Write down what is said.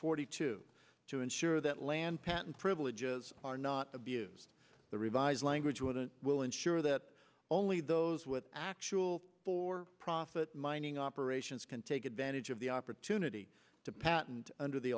forty two to ensure that land patent privileges are not abuse the revised language with the will ensure that only those with actual for profit mining operations can take advantage of the opportunity to patent under the